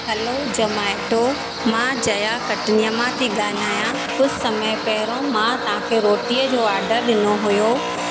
hello जमाइटो मां जया कटनीअ मां थी ॻाल्हायां कुझु समय पहिरों मां तव्हां खे रोटीअ जो ऑडर ॾिनो हुयो